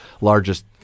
largest